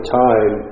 time